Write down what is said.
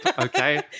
okay